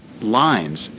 Lines